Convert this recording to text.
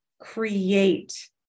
create